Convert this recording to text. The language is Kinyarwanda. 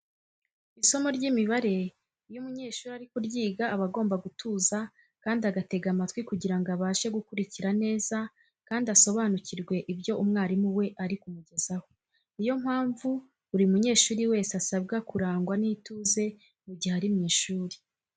Isomo ry'imibara iyo umunyeshuri ari kuryiga aba agomba gutuza kandi agatega amatwi kugira ngo abashe gukurikira neza kandi asobanukirwe ibyo umwarimu we ari kumugezaho. Ni yo mpamvu buri munyeshuri wese asabwa kurangwa n'ituze mu gihe ari mu ishuri.